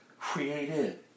created